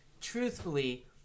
truthfully